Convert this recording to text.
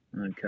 Okay